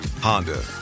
Honda